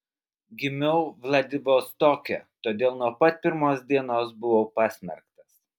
gimiau vladivostoke todėl nuo pat pirmos dienos buvau pasmerktas